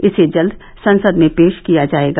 इसे जल्द संसद में पेश किया जाएगा